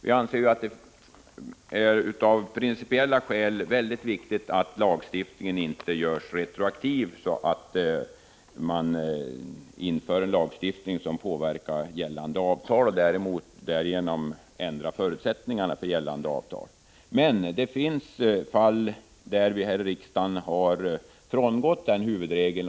Vi anser att det av principiella skäl är mycket viktigt att lagstiftningen inte görs retroaktiv, så att man inför en lagstiftning som påverkar gällande avtal och därigenom ändrar förutsättningarna för dem. Men det finns fall där riksdagen har frångått den huvudregeln.